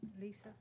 Lisa